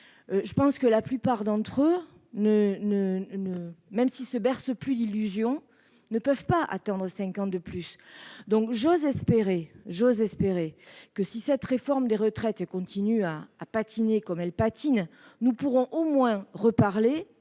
de plus ! La plupart d'entre eux, même s'ils ne se bercent plus d'illusions, ne peuvent pas attendre si longtemps. J'ose espérer que, si cette réforme des retraites continue à patiner comme elle le fait, nous pourrons au moins évoquer